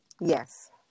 Yes